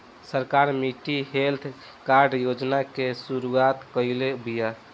सरकार मिट्टी health card योजना के शुरूआत काइले बिआ